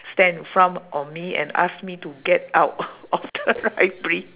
stand in front of me and ask me to get out of the library